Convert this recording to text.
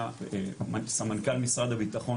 היה סמנכ"ל משרד הביטחון,